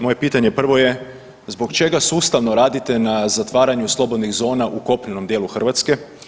Moje pitanje prvo je, zbog čega sustavno radite na zatvaranju slobodnih zona u kopnenom dijelu Hrvatske?